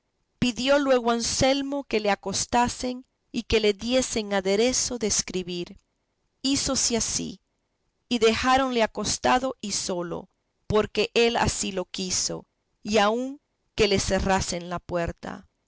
pidió luego anselmo que le acostasen y que le diesen aderezo de escribir hízose así y dejáronle acostado y solo porque él así lo quiso y aun que le cerrasen la puerta